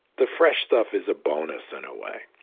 the fresh stuff is a bonus in a way